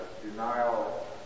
denial